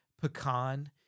pecan